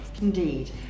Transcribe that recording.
Indeed